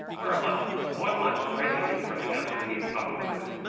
whar a mutton? boil mutton? cried jimmy, running up, for he had caught the words.